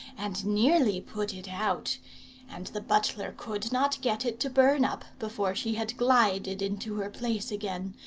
and nearly put it out and the butler could not get it to burn up before she had glided into her place again,